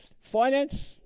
Finance